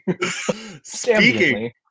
speaking